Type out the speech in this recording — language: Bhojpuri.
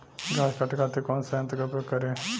घास काटे खातिर कौन सा यंत्र का उपयोग करें?